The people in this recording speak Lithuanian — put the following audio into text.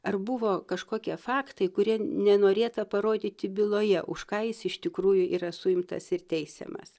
ar buvo kažkokie faktai kurie nenorėta parodyti byloje už ką jis iš tikrųjų yra suimtas ir teisiamas